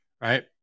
Right